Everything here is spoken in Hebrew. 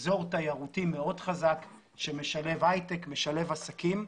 אזור תיירותי מאוד חזק שמשלב היי-טק, משלב עסקים,